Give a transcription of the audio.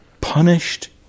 Punished